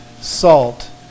salt